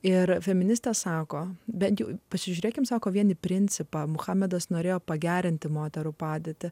ir feministės sako bent jau pasižiūrėkime sako vieni principą muhamedas norėjo pagerinti moterų padėtį